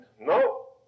No